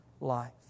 life